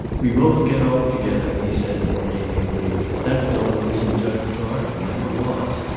we both get off together, he said, more amiably. that fellow isn't jud clark and never was.